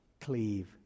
cleave